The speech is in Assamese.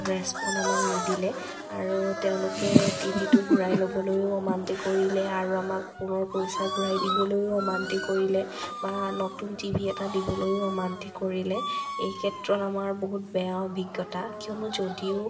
ৰেস্পন আমাক নিদিলে আৰু তেওঁলোকে টিভিটো ঘূৰাই ল'বলৈও অমান্তি কৰিলে আৰু আমাক পুনৰ পইছা ঘূৰাই দিবলৈও অমান্তি কৰিলে বা নতুন টিভি এটা দিবলৈও অমান্তি কৰিলে এইক্ষেত্ৰত আমাৰ বহুত বেয়া অভিজ্ঞতা কিয়নো যদিও